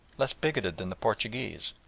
less bigoted than the portuguese,